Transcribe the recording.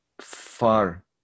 far